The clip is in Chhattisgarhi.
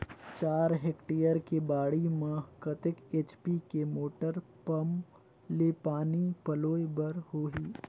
चार हेक्टेयर के बाड़ी म कतेक एच.पी के मोटर पम्म ले पानी पलोय बर होही?